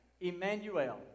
Emmanuel